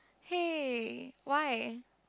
hey why